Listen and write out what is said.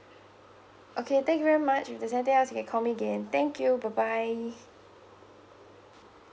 okay thank you very much if there's anything else you can call me again thank you bye bye